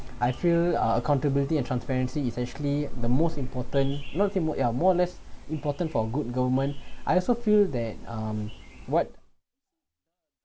I feel uh accountability and transparency essentially the most important not more or less important for a good government I also feel that um what